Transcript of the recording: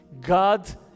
God